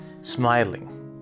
smiling